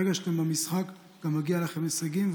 ברגע שאתם במשחק מגיעים לכם הישגים,